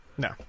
No